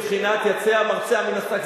החוק שלי הוא בבחינת יצא המרצע מן השק.